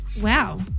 Wow